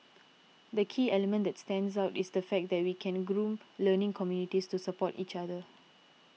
the key element that stands out is the fact that we can groom learning communities to support each other